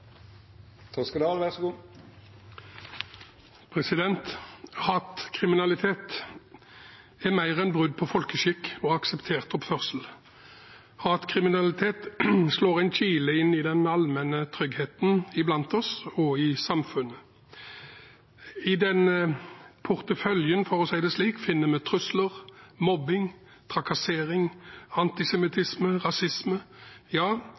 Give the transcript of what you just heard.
akseptert oppførsel. Hatkriminalitet slår en kile inn i den allmenne tryggheten iblant oss og i samfunnet. I den porteføljen, for å si det slik, finner vi trusler, mobbing, trakassering, antisemittisme, rasisme